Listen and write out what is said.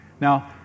Now